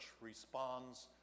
responds